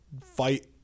fight